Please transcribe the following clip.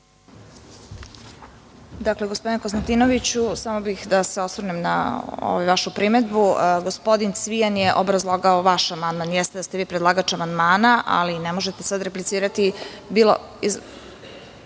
Kovač** Gospodine Konstantinoviću, samo bih da se osvrnem na ovu vašu primedbu. Gospodin Cvijan je obrazlagao vaš amandman. Jeste da ste vi predlagač amandmana, ali ne možete sad replicirati. Reč